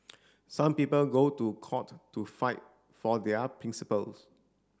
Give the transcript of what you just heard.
some people go to court to fight for their principles